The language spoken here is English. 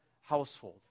household